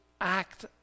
act